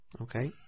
Okay